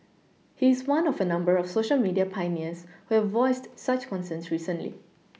he is one of a number of Social media pioneers who voiced such concerns recently